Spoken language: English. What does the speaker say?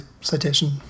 citation